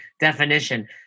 definition